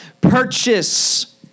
purchase